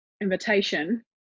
invitation